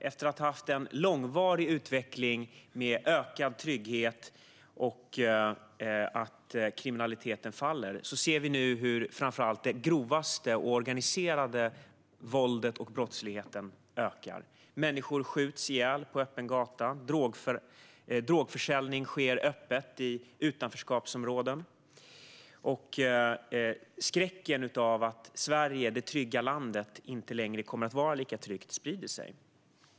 Efter en långvarig utveckling med ökad trygghet och fallande kriminalitet ser vi nu hur våldet och brottsligheten ökar. Det gäller framför allt det som är grövst och det som är organiserat. Människor skjuts ihjäl på öppen gata. Drogförsäljning sker öppet i utanförskapsområden. Skräcken för att Sverige, det trygga landet, inte längre kommer att vara lika tryggt sprider sig.